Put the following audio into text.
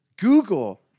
Google